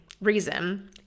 reason